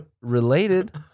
related